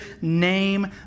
name